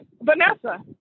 Vanessa